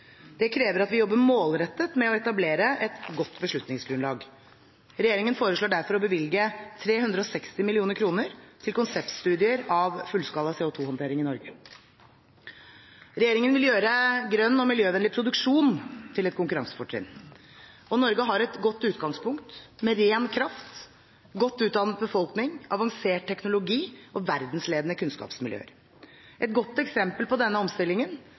Det krever at vi jobber målrettet med å etablere et godt beslutningsgrunnlag. Regjeringen foreslår derfor å bevilge 360 mill. kr til konseptstudier av fullskala CO 2 -håndtering i Norge. Regjeringen vil gjøre grønn og miljøvennlig produksjon til et konkurransefortrinn. Norge har et godt utgangspunkt – med ren kraft, en godt utdannet befolkning, avansert teknologi og verdensledende kunnskapsmiljøer. Et godt eksempel på denne omstillingen